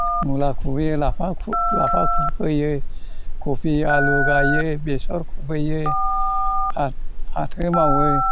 मुला खुबैयो लाफा खु लाफा खुबैयो कपि आलु गाइयो बेसर खुबैयो फा फाथो मावो